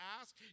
ask